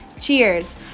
Cheers